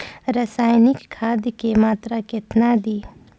रसायनिक खाद के मात्रा केतना दी?